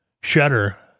shutter